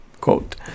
quote